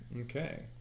Okay